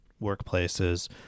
workplaces